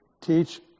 teach